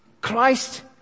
Christ